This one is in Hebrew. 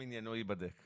בגדול